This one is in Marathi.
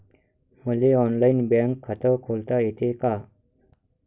मले ऑनलाईन बँक खात खोलता येते का?